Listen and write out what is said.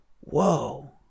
Whoa